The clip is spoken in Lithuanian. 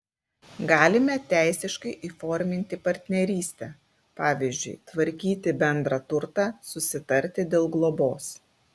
galime teisiškai įforminti partnerystę pavyzdžiui tvarkyti bendrą turtą susitarti dėl globos